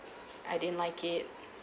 I didn't like it